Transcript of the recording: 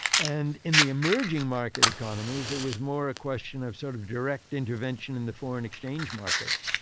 and in the emerging market economies, it was more a question of sort of direct intervention in the foreign exchange markets.